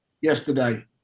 yesterday